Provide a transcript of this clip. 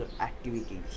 activities